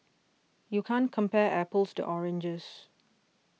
you can't compare apples to oranges